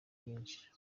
bwinshi